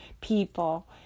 people